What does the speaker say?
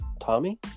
Tommy